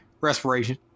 respiration